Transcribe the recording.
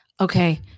Okay